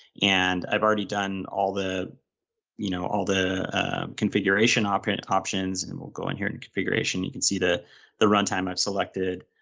and i've already done all the you know all the configuration options options and we'll go in here in configuration, you can see the the runtime i've selected